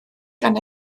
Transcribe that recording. gan